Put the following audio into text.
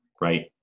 Right